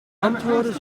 antwoorden